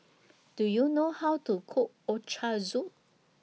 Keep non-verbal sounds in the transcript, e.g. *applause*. *noise* Do YOU know How to Cook Ochazuke